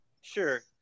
Sure